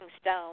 stone